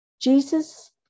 Jesus